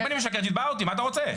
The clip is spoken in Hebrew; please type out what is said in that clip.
אם אני משקר תתבע אותי, מה אתה רוצה?